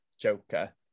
joker